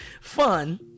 fun